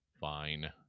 Fine